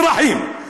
אזרחים,